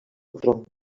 tronc